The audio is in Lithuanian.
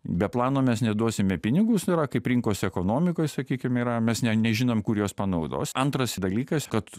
be plano mes neduosime pinigus nu yra kaip rinkos ekonomikoj sakykim yra mes nežinom kur juos panaudos antras dalykas kad